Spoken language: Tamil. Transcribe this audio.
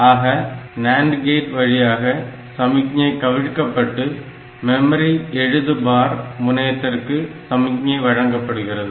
ஆக NAND கேட் வழியாக சமிக்ஞை கவிழ்க்கப்பட்டு மெமரி எழுது பார் முனையத்திற்கும் சமிக்ஞை வழங்கப்படுகிறது